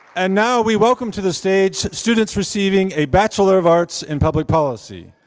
and now, we welcome to the stage, students receiving a bachelor of arts and public policy,